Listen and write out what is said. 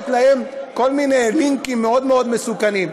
להם כל מיני לינקים מאוד מאוד מסוכנים.